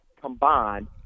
combined